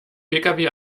pkw